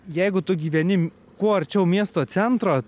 jeigu tu gyveni kuo arčiau miesto centro